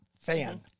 fan